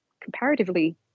comparatively